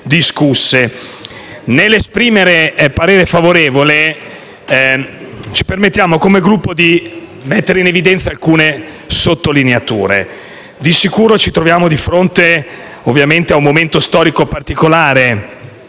discusse. Nell'esprimere un voto favorevole, ci permettiamo come Gruppo di mettere in evidenza alcune sottolineature. Di sicuro, ci troviamo di fronte a un momento storico particolare